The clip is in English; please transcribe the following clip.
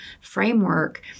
framework